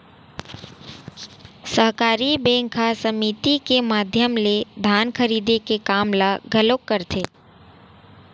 सहकारी बेंक ह समिति के माधियम ले धान खरीदे के काम ल घलोक करथे